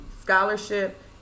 scholarship